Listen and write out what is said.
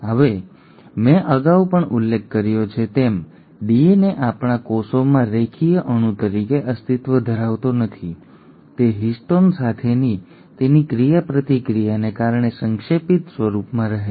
હવે મેં અગાઉ પણ ઉલ્લેખ કર્યો છે તેમ ડીએનએ આપણા કોષોમાં રેખીય અણુ તરીકે અસ્તિત્વ ધરાવતો નથી તે હિસ્ટોન સાથેની તેની ક્રિયાપ્રતિક્રિયાને કારણે સંક્ષેપિત સ્વરૂપમાં રહે છે